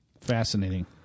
Fascinating